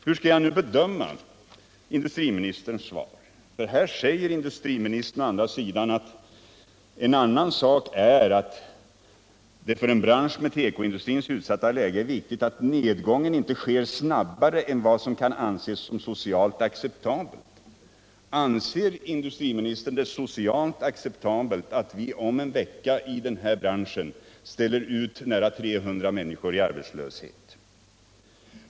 Hur skall jag nu bedöma industriministerns svar? Där säger industriministern: ”En annan sak är att det för en bransch med tekoindustrins utsatta läge är viktigt att nedgången inte sker snabbare än vad som kan anses som socialt acceptabelt —-—--.” Anser industriministern det socialt acceptabelt att vi om en vecka gör nära 300 människor i den här branschen arbetslösa i Katrineholm?